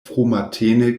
frumatene